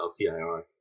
LTIR